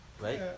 right